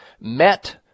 met